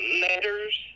letters